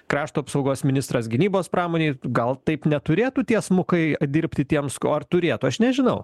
krašto apsaugos ministras gynybos pramonėj gal taip neturėtų tiesmukai e dirbti tiems ko ar turėtų aš nežinau